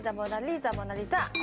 so mona lisa, mona lisa,